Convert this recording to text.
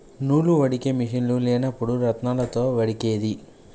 నూలు వడికే మిషిన్లు లేనప్పుడు రాత్నాలతో వడికేది